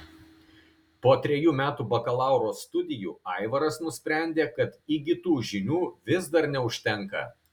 po trejų metų bakalauro studijų aivaras nusprendė kad įgytų žinių vis dar neužtenka